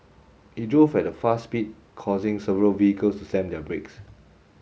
he drove at a fast speed causing several vehicles to slam their brakes